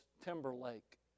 Timberlake